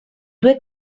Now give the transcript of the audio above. due